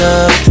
up